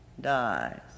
dies